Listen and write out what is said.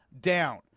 down